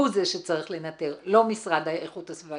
הוא זה שצריך לנתר, לא משרד איכות הסביבה.